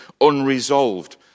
unresolved